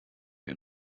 den